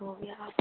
हो गया आपका